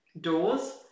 doors